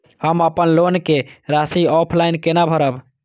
हम अपन लोन के राशि ऑफलाइन केना भरब?